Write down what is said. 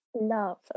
Love